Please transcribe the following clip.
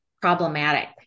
problematic